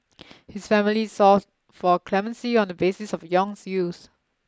his family sought for clemency on the basis of Yong's youth